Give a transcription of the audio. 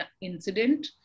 incident